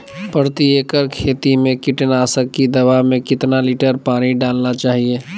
प्रति एकड़ खेती में कीटनाशक की दवा में कितना लीटर पानी डालना चाइए?